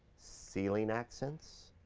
ceiling accents.